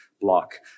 block